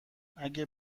اگه